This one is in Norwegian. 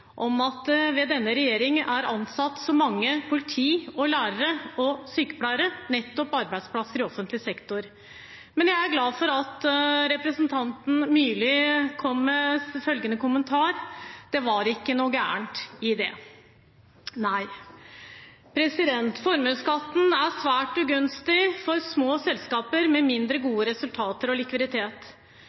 at det under denne regjering er ansatt mange politifolk, lærere og sykepleiere, nettopp arbeidsplasser i offentlig sektor. Men jeg er glad for at representanten Myrli kom med en kommentar om at det ikke er noe galt i det. Formuesskatten er svært ugunstig for små selskaper med mindre gode resultater og likviditet.